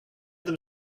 them